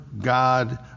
God